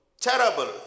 terrible